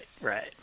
Right